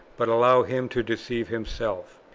but allow him to deceive himself.